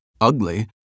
ugly